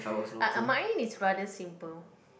mine is rather simple